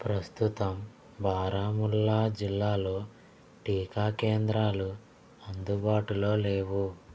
ప్రస్తుతం బారాముల్లా జిల్లాలో టీకా కేంద్రాలు అందుబాటులో లేవు